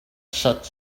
such